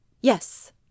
Yes